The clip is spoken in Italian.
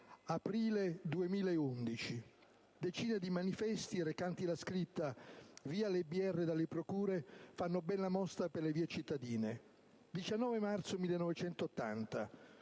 aprile 2011: decine di manifesti recanti la scritta "Via le Br dalle Procure" fanno bella mostra per le vie cittadine. 19 marzo 1980: